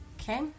Okay